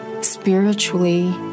spiritually